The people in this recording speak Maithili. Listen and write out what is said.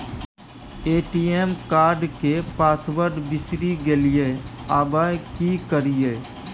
ए.टी.एम कार्ड के पासवर्ड बिसरि गेलियै आबय की करियै?